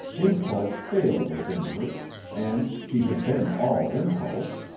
impulse failed within her and she had been all impulse?